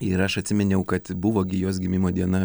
ir aš atsiminiau kad buvo gi jos gimimo diena